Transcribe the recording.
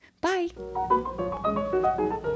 Bye